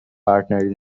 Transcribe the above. partner